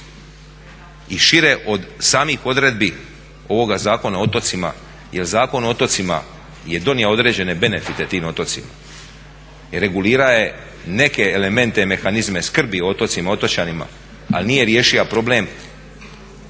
i šire od samih odredbi ovih Zakona o otocima jer Zakon o otocima je donio određene benefite tim otocima. I regulirao je neke elemente i mehanizme skrbi o otocima, otočanima ali nije riješio problem